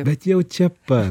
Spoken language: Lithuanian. bet jau čia pat